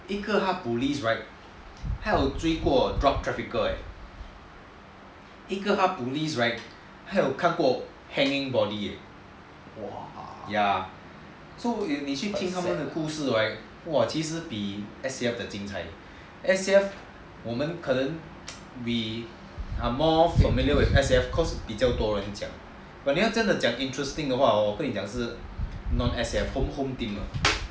一个他 police right 他有追过 drug traffickers eh 一个他 police right 他有看过 hanging body eh so 你去听他们的故事 right 其实比 S_A_F 的精彩 S_A_F we are more familiar with S_A_F cause 比较多人讲 but 你要真的讲 interesting 的 hor 跟你讲是 non S_A_F home team 的